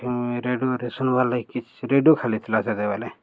ରେଡ଼ିଓରେ ଶୁନବାର୍ ଲାଗ କିଛି ରେଡ଼ିଓ ଖାଲି ଥିଲା ସେତେବେଲେ